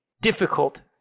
difficult